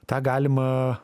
tą galima